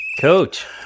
Coach